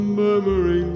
murmuring